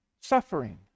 suffering